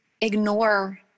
ignore